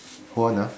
hold on ah